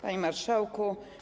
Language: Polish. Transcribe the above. Panie Marszałku!